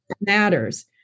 matters